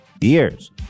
years